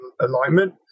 alignment